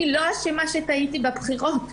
היא לא אשמה שטעיתי בבחירות שלי.